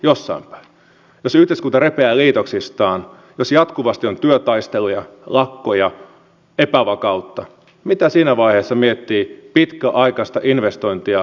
jos yhteiskunta repeää liitoksistaan jos jatkuvasti on työtaisteluja lakkoja epävakautta mitä siinä vaiheessa miettii pitkäaikaista investointia harkitseva firma